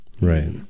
Right